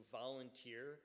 volunteer